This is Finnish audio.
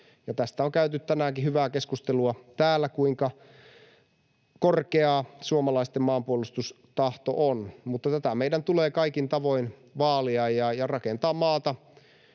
Tästä on käyty tänäänkin hyvää keskustelua täällä, kuinka korkea suomalaisten maanpuolustustahto on, ja tätä meidän tulee kaikin tavoin vaalia ja rakentaa maata